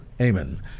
Amen